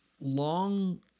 long